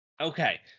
Okay